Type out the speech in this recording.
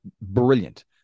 brilliant